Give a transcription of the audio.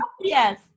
Yes